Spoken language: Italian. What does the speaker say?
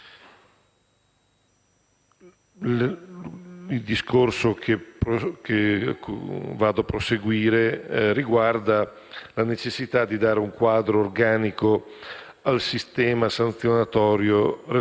mi accingo a svolgere riguarda la necessità di dare un quadro organico al sistema sanzionatorio relativo